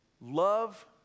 love